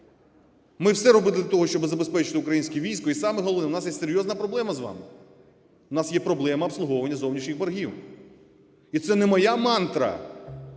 Ми все робимо для того, щоб забезпечити українське військо. І саме головне, у нас є серйозне проблема з вами: у нас є проблема обслуговування зовнішніх боргів. І це не моя мантра,